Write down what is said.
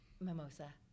mimosa